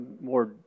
more